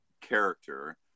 character